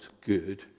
good